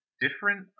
different